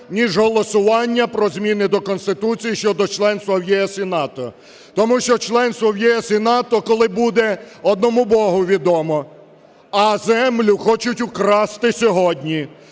ніж голосування про зміни до Конституції щодо членства в ЄС і НАТО. Тому що членство в ЄС і НАТО коли буде – одному Богу відомо, а землю хочуть украсти сьогодні,